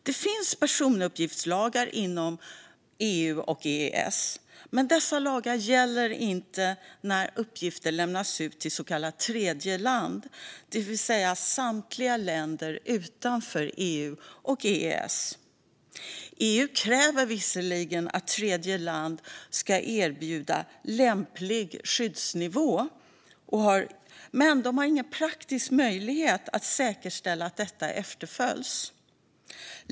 Det finns personuppgiftslagar inom EU och EES. Men dessa lagar gäller inte när uppgifter lämnas vidare till så kallat tredjeland, det vill säga samtliga länder utanför EU och EES. EU kräver visserligen att tredjeland ska erbjuda lämplig skyddsnivå men har ingen praktisk möjlighet att säkerställa att detta efterföljs.